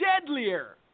deadlier